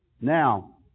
Now